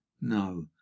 no